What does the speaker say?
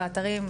באתרים,